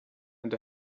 and